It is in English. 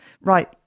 right